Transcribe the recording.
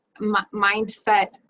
mindset